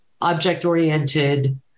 object-oriented